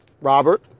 Robert